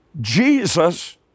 Jesus